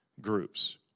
groups